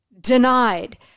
Denied